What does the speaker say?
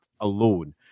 alone